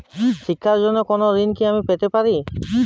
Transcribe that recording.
শিক্ষার জন্য কোনো ঋণ কি আমি পেতে পারি?